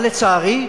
אבל, לצערי,